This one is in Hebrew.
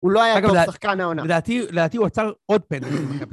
הוא לא היה גם שחקן העונה. לדעתי, לדעתי הוא עצר עוד פנדל